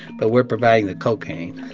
but we're providing the cocaine